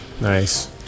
Nice